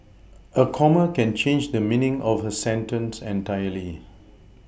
a comma can change the meaning of a sentence entirely